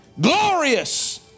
glorious